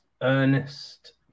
Ernest